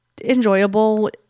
enjoyable